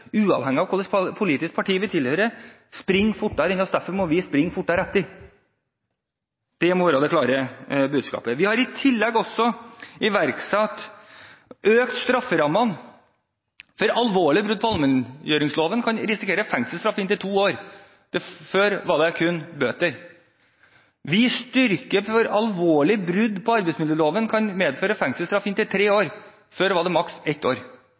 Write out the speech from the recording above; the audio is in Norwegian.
uavhengig av hvilket politisk parti vi tilhører, og derfor må vi springe fortere etter. Det må være det klare budskapet. Vi har i tillegg økt strafferammene for alvorlige brudd på allmenngjøringsloven – man kan risikere fengselsstraff på inntil to år, før var det kun bøter. Alvorlige brudd på arbeidsmiljøloven kan medføre fengselsstraff på inntil tre år, før var det maks ett år.